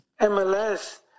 MLS